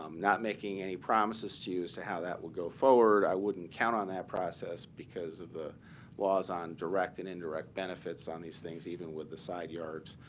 um not making any promises to you as to how that will go forward. i wouldn't count on that process because of the laws on direct and indirect benefits on these things, even with the side yard.